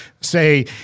say